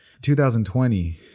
2020